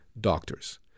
doctors